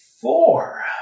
four